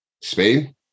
Spain